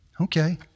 Okay